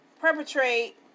perpetrate